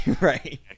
Right